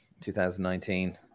2019